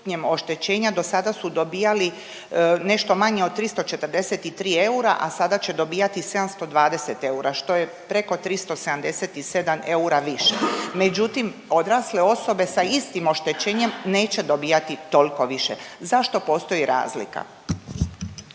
oštećenja do sada su dobijali nešto manje od 343 eura, a sada će dobivati 720 eura, što je preko 377 eura više. Međutim odrasle osobe sa istim oštećenjem neće dobivati toliko više. Zašto postoji razlika?